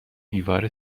دیوار